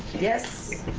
yes.